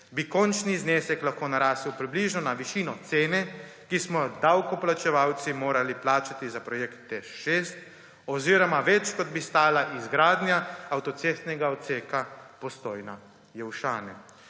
bi končni znesek lahko narasel približno na višino cene, ki smo jo davkoplačevalci morali plačati za projekt TEŠ 6 oziroma več, kot bi stala izgradnja avtocestnega odseka Postojna−Jelšane.